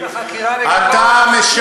אתה מדבר נגד החקירה נגדו,